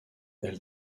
elle